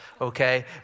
okay